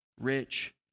rich